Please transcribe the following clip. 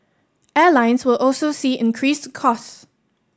airlines will also see increased cost